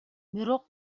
бирок